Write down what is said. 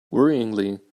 worryingly